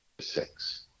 six